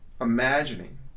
imagining